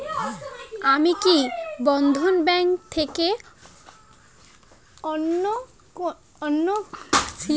আমি কি বন্ধন ব্যাংক থেকে অন্যান্য ব্যাংক এর মতন লোনের পরিসেবা পাব?